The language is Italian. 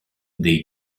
dei